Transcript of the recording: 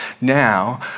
now